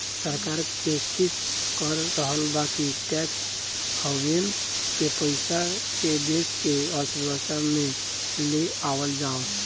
सरकार कोशिस कर रहल बा कि टैक्स हैवेन के पइसा के देश के अर्थव्यवस्था में ले आवल जाव